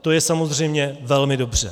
To je samozřejmě velmi dobře.